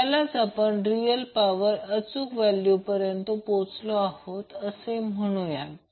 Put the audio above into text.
याला आपण real power अचूक व्हॅल्यू पर्यंत पोहोचलो असे म्हणतात